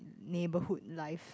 neighborhood life